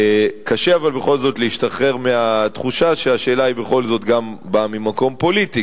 קשה בכל זאת להשתחרר מהתחושה שהשאלה בכל זאת גם באה ממקום פוליטי.